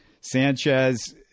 Sanchez